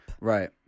Right